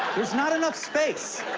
there's not enough space.